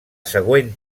següent